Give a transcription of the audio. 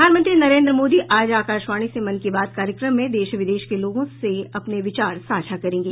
प्रधानमंत्री नरेन्द्र मोदी आज आकाशवाणी से मन की बात कार्यक्रम में देश विदेश के लोगों से अपने विचार साझा करेंगे